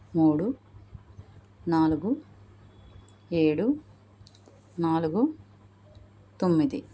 మూడు నాలుగు ఏడు నాలుగు తొమ్మిది